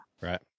Right